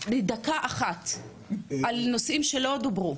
יש לך דקה אחת רק על נושאים שלא דוברו,